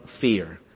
Fear